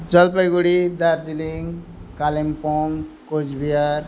Jalpaiguri Darjeeling Kalimpong Cooch Bihar